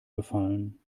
befallen